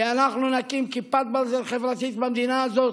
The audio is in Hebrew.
כי אנחנו נקים כיפת ברזל חברתית במדינה הזאת.